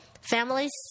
families